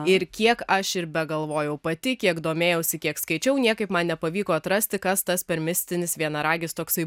ir kiek aš ir begalvojau pati kiek domėjausi kiek skaičiau niekaip man nepavyko atrasti kas tas per mistinis vienaragis toksai